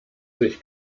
sich